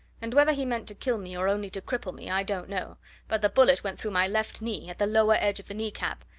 and whether he meant to kill me, or only to cripple me, i don't know but the bullet went through my left knee, at the lower edge of the knee-cap,